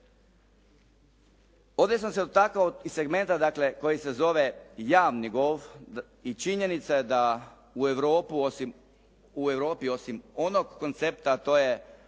Ovdje sam se dotakao i segmenta dakle koji se zove javni golf i činjenica je da u Europi osim onog koncepta, a to je